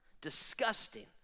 disgusting